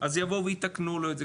אז יבואו ויתקנו לו את זה,